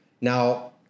Now